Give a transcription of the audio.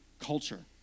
culture